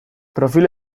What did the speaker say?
profil